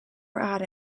were